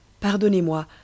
pardonnez-moi